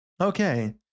okay